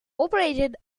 operated